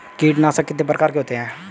कीटनाशक कितने प्रकार के होते हैं?